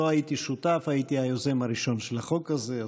לא הייתי שותף, הייתי היוזם הראשון של החוק הזה.